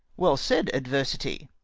well said, adversity!